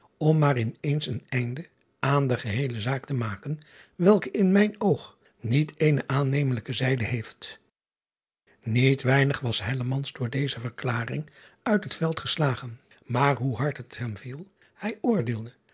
om maar in eens een einde aan de geheele zaak te maken welke in mijn oog niet ééne aannemelijke zijde heeft iet weinig was door deze verklaring uit het veld geslagen maar hoe hard het hem viel hij oordeelde